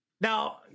Now